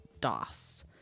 DOS